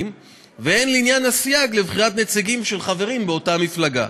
והן לעניין הסייג לבחירת נציגים החברים באותה מפלגה.